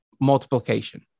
Multiplication